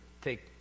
take